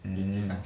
mm